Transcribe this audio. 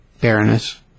Baroness